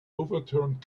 overturned